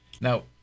Now